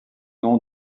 nom